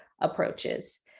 approaches